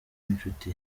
w’inshuti